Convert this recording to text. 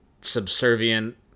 subservient